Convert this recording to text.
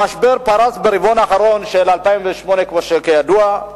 המשבר פרץ ברבעון האחרון של 2008, כידוע,